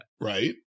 Right